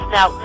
Now